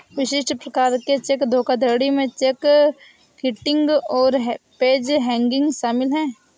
विशिष्ट प्रकार के चेक धोखाधड़ी में चेक किटिंग और पेज हैंगिंग शामिल हैं